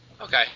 Okay